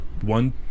one